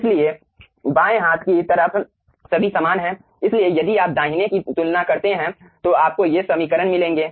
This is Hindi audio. इसलिए बाएं हाथ की तरफ सभी समान हैं इसलिए यदि आप दाहिने की तुलना करते हैं तो आपको ये समीकरण मिलेंगे